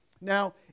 Now